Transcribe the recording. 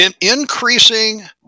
increasing